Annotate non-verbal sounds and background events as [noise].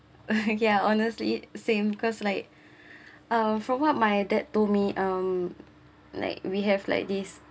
[laughs] ya honestly same cause like [breath] uh from what my dad told me um like we have like this